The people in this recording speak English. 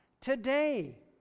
today